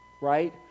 right